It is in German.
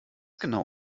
genau